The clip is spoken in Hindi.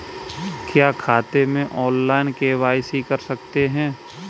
क्या खाते में ऑनलाइन के.वाई.सी कर सकते हैं?